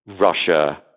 Russia